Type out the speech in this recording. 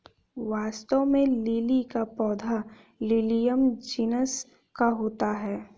वास्तव में लिली का पौधा लिलियम जिनस का होता है